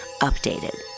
Updated